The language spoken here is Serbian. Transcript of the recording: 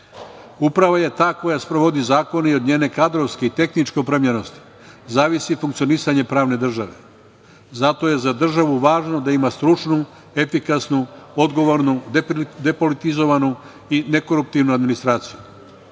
Uprava je ta koja sprovodi zakone i od njene kadrovske i tehničke opremljenosti zavisi funkcionisanje pravne države, zato je za državu važno da ima stručnu, efikasnu, odgovornu, depolitizovanu i nekoruptivnu administraciju. Možemo